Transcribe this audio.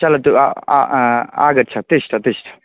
चलतु आ आगच्छ तिष्ठ तिष्ठ